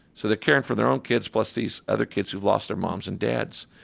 so they're caring for their own kids plus these other kids who've lost their moms and dads.